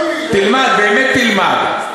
תלמד, באמת תלמד.